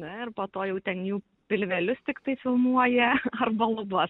na ir po to jau ten jų pilvelius tiktai filmuoja arba lubas